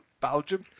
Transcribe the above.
Belgium